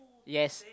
yes